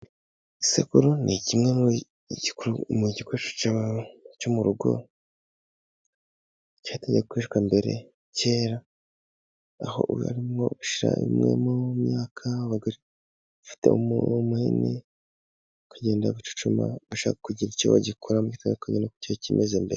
Isekuru ni kimwe mu gikoresho cyo mu rugo cya kwishwa, mbere kera aho harimwo ushi rimwe mu myaka bafite umuhini munini, kugenda bacacuma bashaka kugira icyo bagikora bakamenya kuko icyo kimeze mbere.